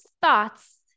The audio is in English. thoughts